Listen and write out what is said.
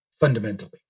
Fundamentally